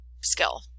skill